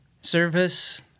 service